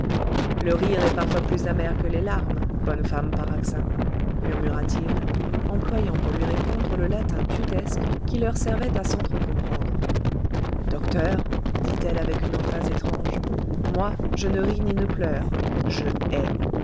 le rire est parfois plus amer que les larmes bonne femme paraxin murmura-t-il employant pour lui répondre le latin tudesque qui leur servait à sentre comprendre docteur dit-elle avec une emphase étrange moi je ne ris ni ne pleure je hais